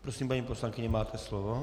Prosím, paní poslankyně, máte slovo.